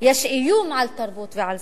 יש איום על תרבות ועל זהות.